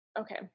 Okay